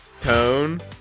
tone